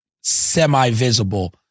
semi-visible